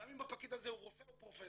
גם אם הפקיד הזה הוא רופא או פרופסור.